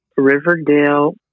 Riverdale